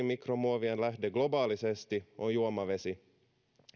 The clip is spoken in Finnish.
mikromuovien lähde globaalisti on juomavesi